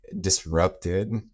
disrupted